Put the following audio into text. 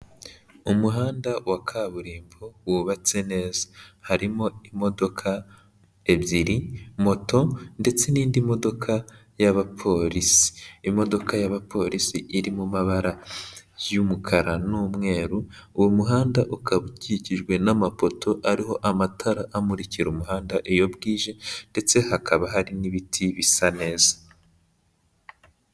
Umuhanda wa kaburimbo wubatse neza, harimo imodoka ebyiri, moto ndetse n'indi modoka y'abapolisi, imodoka y'abapolisi iri mu mabara y'umukara n'umweru, uwo muhanda ukaba ukikijwe n'amapoto ariho amatara amurikira umuhanda iyo bwije ndetse hakaba hari n'ibiti bisa neza.